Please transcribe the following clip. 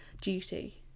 duty